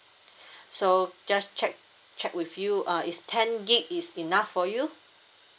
so just check check with you uh is ten gig is enough for you